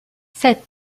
sept